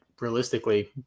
realistically